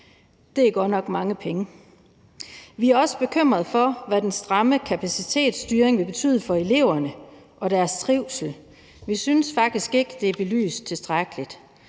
Det er godt nok mange penge. Vi er også bekymrede for, hvad den stramme kapacitetsstyring vil betyde for eleverne og deres trivsel. Vi synes faktisk ikke, at det er belyst tilstrækkeligt.